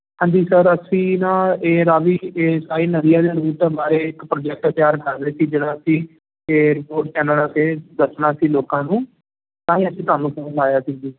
ਹਾਂਜੀ ਸਰ ਅਸੀਂ ਨਾ ਇਹ ਰਾਵੀ ਇਹ ਸਾਰੀ ਨਦੀਆਂ ਦੇ ਰੂਟ ਬਾਰੇ ਇੱਕ ਪ੍ਰੋਜੈਕਟ ਤਿਆਰ ਕਰ ਰਹੇ ਸੀ ਜਿਹੜਾ ਕੀ ਕਿ ਹੋਰ ਚੈਨਲਾਂ 'ਤੇ ਦੱਸਣਾ ਸੀ ਲੋਕਾਂ ਨੂੰ ਤਾਂ ਹੀ ਅਸੀਂ ਤੁਹਾਨੂੰ ਫੋਨ ਲਾਇਆ ਸੀ ਜੀ